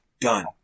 Done